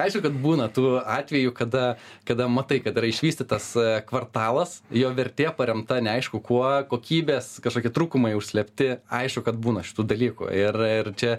aišku kad būna tų atvejų kada kada matai kad yra išvystytas kvartalas jo vertė paremta neaišku kuo kokybės kažkokie trūkumai užslėpti aišku kad būna šitų dalykų ir ir čia